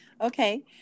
okay